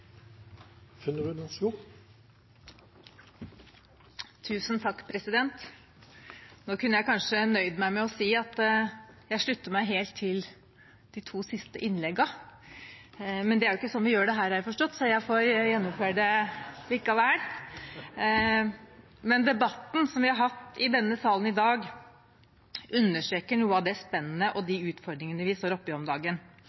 Nå kunne jeg kanskje nøyd meg med å si at jeg slutter meg helt til de to siste innleggene, men det er ikke sånn vi gjør det her, har jeg forstått, så jeg får gjennomføre det likevel! Debatten vi har hatt i denne salen i dag, understreker noe av det spennet og de utfordringene vi står oppi om dagen.